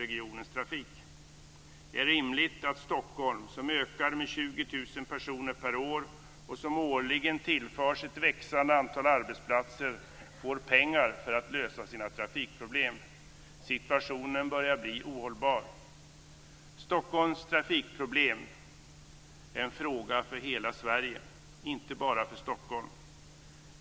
Det är rimligt att Stockholm, som ökar med 20 000 personer per år och som årligen tillförs ett växande antal arbetsplatser, får pengar för att lösa sina trafikproblem. Situationen börjar bli ohållbar. Stockholms trafikproblem är en fråga för hela Sverige, inte bara för Stockholm.